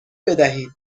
بدهید